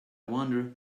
wonder